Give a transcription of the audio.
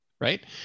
right